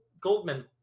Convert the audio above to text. Goldman